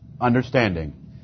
understanding